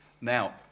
Now